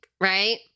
right